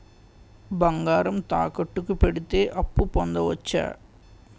బంగారం తాకట్టు కి పెడితే అప్పు పొందవచ్చ?